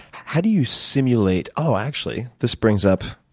how do you simulate. oh, actually this brings up,